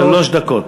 שלוש דקות.